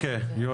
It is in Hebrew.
אוקיי יורי.